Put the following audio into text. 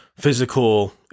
Physical